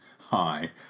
Hi